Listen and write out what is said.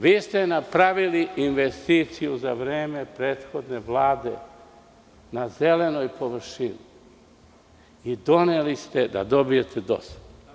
Vi ste napravili investiciju za vreme prethodne Vlade na zelenoj površini i doneli ste da dobijete dozvolu.